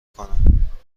کنم